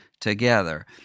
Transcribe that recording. together